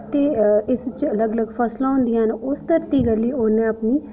ते इस च अलग अलग फसलां होंदियां न उस धरती लेई उ'नें अपनी